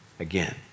Again